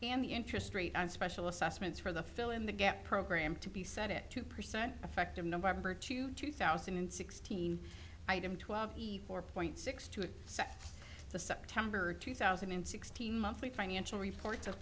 and the interest rate on special assignment for the fill in the gap program to be set at two percent effective number two two thousand and sixteen item twelve four point six two of the september two thousand and sixteen monthly financial reports of